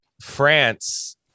France